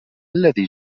الذي